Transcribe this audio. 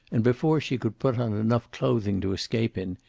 and before she could put on enough clothing to escape in,